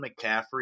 McCaffrey